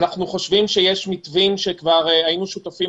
אנחנו חושבים שיש מתווים שכבר היינו שותפים